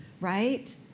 right